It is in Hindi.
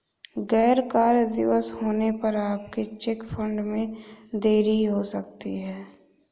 गैर कार्य दिवस होने पर आपके चेक फंड में देरी हो सकती है